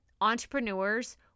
entrepreneurs